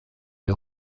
der